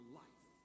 life